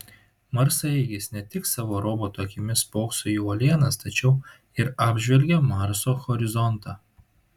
marsaeigis ne tik savo roboto akimis spokso į uolienas tačiau ir apžvelgia marso horizontą